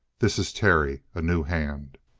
this is terry a new hand.